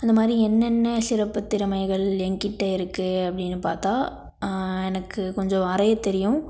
அந்த மாதிரி என்னென்ன சிறப்புத் திறமைகள் எங்கிட்ட இருக்குது அப்படின்னு பார்த்தா எனக்கு கொஞ்சம் வரையத் தெரியும்